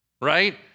right